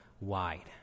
wide